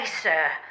sir